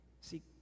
See